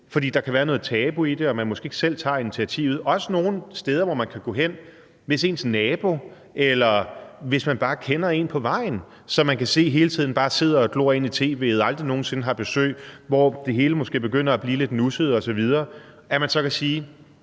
for der kan være noget tabu i det, og man tager måske ikke selv initiativet, der skulle også være nogle steder, man kan gå hen. Hvis ens nabo, eller hvis man bare kender en på vejen, som man kan se hele tiden bare sidder og glor ind i tv'et og aldrig nogen sinde har besøg, hvor det hele måske begynder at blive lidt nusset osv., så skulle man kunne